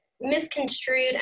misconstrued